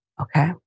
Okay